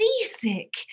seasick